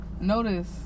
notice